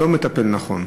לא מטפל נכון.